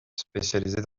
spécialisé